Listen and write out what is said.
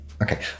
Okay